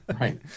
Right